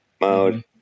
mode